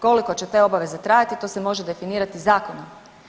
Koliko će te obaveze trajati to se može definirati zakonom.